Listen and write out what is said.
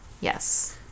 Yes